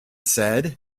said